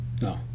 No